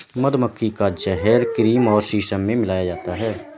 मधुमक्खी का जहर क्रीम और सीरम में मिलाया जाता है